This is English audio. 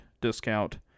discount